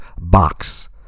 box